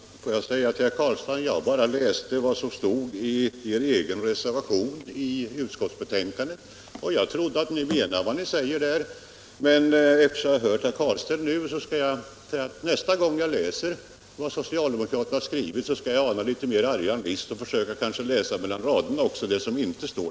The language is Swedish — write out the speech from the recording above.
Herr talman! Får jag säga till herr Carlstein att jag bara läste vad som står i er egen reservation i utskottsbetänkandet. Jag trodde att ni menar vad ni säger där. Men sedan jag nu hört herr Carlstein skall jag nästa gång jag läser vad socialdemokraterna skrivit ana argan list och kanske också läsa mellan raderna det som inte står.